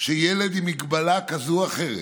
שילד עם מגבלה כזאת או אחרת,